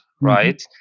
right